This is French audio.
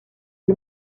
des